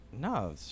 No